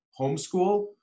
homeschool